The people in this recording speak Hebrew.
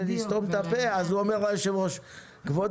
לסתום את הפה אז הוא אומר ליושב-ראש: כבוד